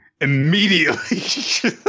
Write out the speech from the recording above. immediately